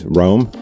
rome